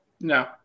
No